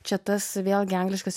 čia tas vėlgi angliškas